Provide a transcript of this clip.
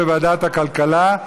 לוועדת הכלכלה נתקבלה.